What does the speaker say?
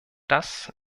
das